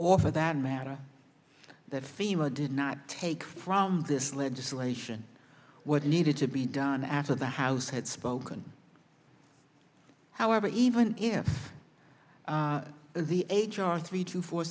for that matter the femur did not take from this legislation what needed to be done after the house had spoken however even if the h r three to four